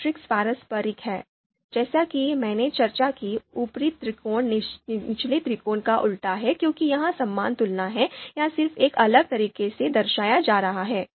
matrix पारस्परिक है जैसा कि मैंने चर्चा की ऊपरी त्रिकोण निचले त्रिकोण का उल्टा है क्योंकि यह समान तुलना है यह सिर्फ एक अलग तरीके से दर्शाया जा रहा है